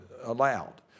allowed